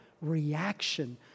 reaction